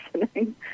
listening